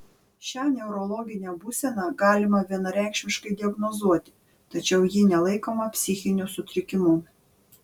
šią neurologinę būseną galima vienareikšmiškai diagnozuoti tačiau ji nelaikoma psichiniu sutrikimu